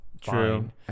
true